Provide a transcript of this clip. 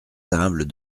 humbles